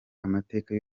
amateka